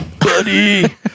Buddy